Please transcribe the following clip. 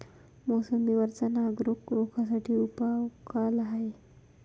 मोसंबी वरचा नाग रोग रोखा साठी उपाव का हाये?